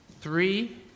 three